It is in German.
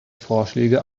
vorschläge